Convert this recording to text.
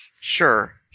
Sure